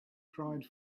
cried